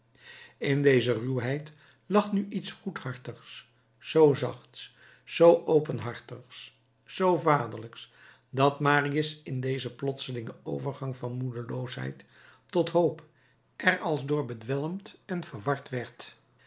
in deze ruwheid lag nu iets goedhartigs zoo zachts zoo openhartigs zoo vaderlijks dat marius in dezen plotselingen overgang van moedeloosheid tot hoop er als door bedwelmd en verward